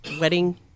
wedding